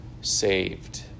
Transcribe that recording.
saved